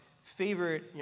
favorite